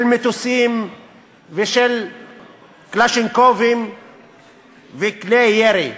של מטוסים ושל קלצ'ניקובים וכלי ירי,